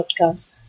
podcast